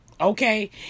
Okay